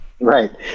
right